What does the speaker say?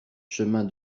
chemin